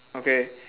okay